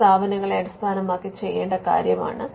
ഇത് സ്ഥാപനങ്ങളെ അടിസ്ഥാനമാക്കി ചെയ്യേണ്ട കാര്യമാണ്